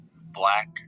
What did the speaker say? Black